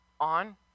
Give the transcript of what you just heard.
On